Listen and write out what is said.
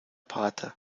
pate